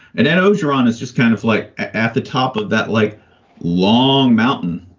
and anos urahn is just kind of like at the top of that, like long mountain,